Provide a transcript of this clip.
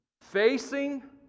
facing